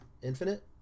Infinite